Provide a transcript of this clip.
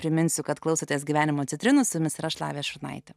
priminsiu kad klausotės gyvenimo citrinų su jumis ir aš lavija šurnaitė